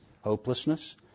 Hopelessness